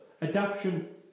Adaption